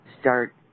start